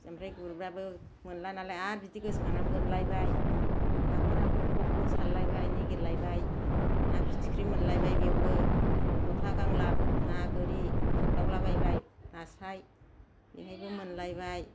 ओमफ्राय गुरबाबो मोनला नालाय आरो बिदि गोसोखांना बोनलायबाय हाख'र हाख'र खब खब सारलायबाय नागिरलायबाय ना फिथिख्रि मोनलायबाय बेयावबो थ'था गांलाब ना गोरि खारदावला बायबाय नास्राय बेहायबो मोनलायबाय